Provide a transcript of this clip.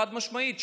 חד-משמעית.